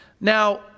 Now